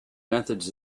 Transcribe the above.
methods